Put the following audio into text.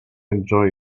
enjoy